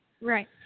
Right